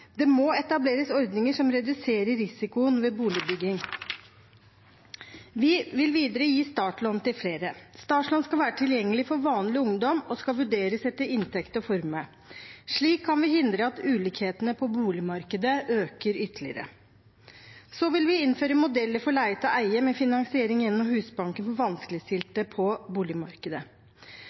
Det må etableres ordninger som reduserer risikoen ved boligbygging. Vi vil videre gi startlån til flere. Startlån skal være tilgjengelig for vanlig ungdom og skal vurderes etter inntekt og formue. Slik kan vi hindre at ulikhetene på boligmarkedet øker ytterligere. Så vil vi innføre modeller for leie-til-eie med finansiering gjennom Husbanken for vanskeligstilte på boligmarkedet.